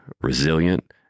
resilient